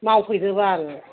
मावफैदो बाल